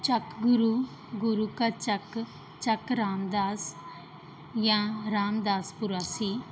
ਚੱਕ ਗੁਰੂ ਗੁਰੂ ਕਾ ਚੱਕ ਚੱਕ ਰਾਮਦਾਸ ਜਾਂ ਰਾਮਦਾਸਪੁਰਾ ਸੀ